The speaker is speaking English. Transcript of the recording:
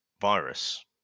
virus